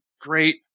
great